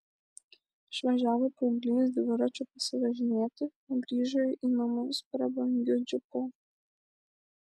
išvažiavo paauglys dviračiu pasivažinėti o grįžo į namus prabangiu džipu